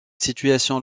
situations